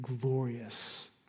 glorious